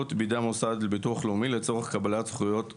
בידי המוסד לביטוח לאומי לצורך קבלת זכויות סוציאליות.